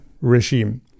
regime